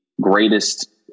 greatest